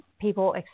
people